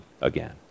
again